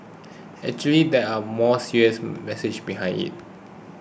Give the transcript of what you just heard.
actually there are more serious message behind it